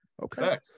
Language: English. Okay